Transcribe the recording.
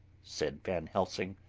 said van helsing.